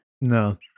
no